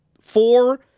Four